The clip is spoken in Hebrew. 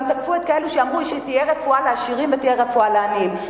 גם תקפו כאלה שאמרו שתהיה רפואה לעשירים ותהיה רפואה לעניים.